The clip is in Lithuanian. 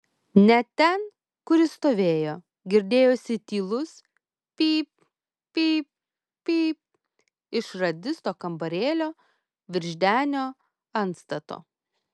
net ten kur jis stovėjo girdėjosi tylus pyp pyp pyp iš radisto kambarėlio virš denio antstato